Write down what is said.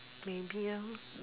maybe lor